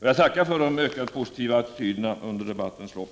Jag tackar för de ökat positiva attityderna som har kommit fram under debattens lopp.